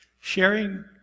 sharing